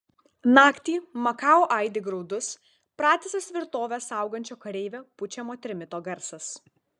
naktį makao aidi graudus pratisas tvirtovę saugančio kareivio pučiamo trimito garsas